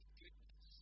goodness